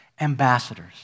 ambassadors